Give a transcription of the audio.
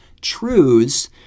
truths